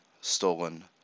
stolen